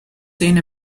soon